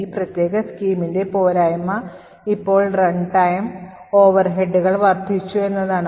ഈ പ്രത്യേക സ്കീമിന്റെ പോരായ്മ ഇപ്പോൾ റൺടൈം ഓവർഹെഡുകൾ വർദ്ധിച്ചു എന്നതാണ്